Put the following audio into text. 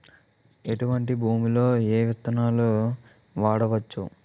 ఎటువంటి భూమిలో ఏ విత్తనాలు వాడవచ్చు?